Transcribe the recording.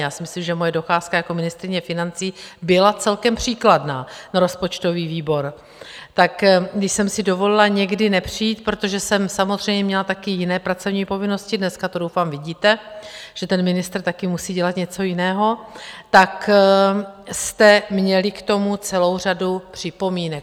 Já si myslím, že moje docházka jako ministryně financí byla celkem příkladná na rozpočtový výbor tak když jsem si dovolila někdy nepřijít, protože jsem samozřejmě měla taky jiné pracovní povinnosti, dneska to doufám vidíte, že ten ministr taky musí dělat něco jiného, tak jste měli k tomu celou řadu připomínek.